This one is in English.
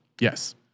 Yes